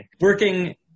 Working